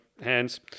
hands